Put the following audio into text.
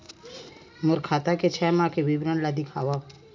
मोर खाता के छः माह के विवरण ल दिखाव?